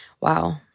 Wow